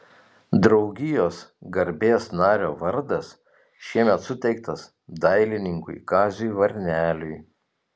draugijos garbės nario vardas šiemet suteiktas dailininkui kaziui varneliui